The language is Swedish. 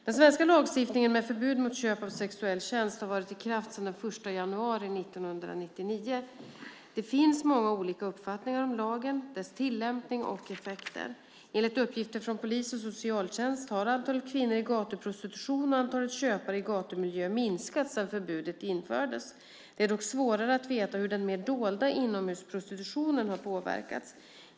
Den svenska lagstiftningen med förbud mot köp av sexuell tjänst har varit i kraft sedan den 1 januari 1999. Det finns många olika uppfattningar om lagen, dess tillämpning och effekter. Enligt uppgifter från polis och socialtjänst har antalet kvinnor i gatuprostitution och antalet köpare i gatumiljö minskat sedan förbudet infördes. Det är dock svårare att veta hur den mer dolda inomhusprostitutionen har påverkats.